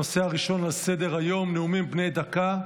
הנושא הראשון על סדר-היום, נאומים בני דקה.